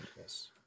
Yes